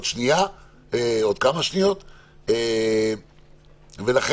אם אני